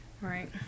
Right